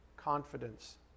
confidence